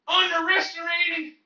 underestimating